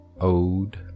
Ode